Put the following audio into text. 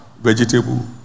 vegetable